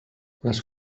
les